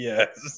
Yes